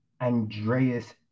Andreas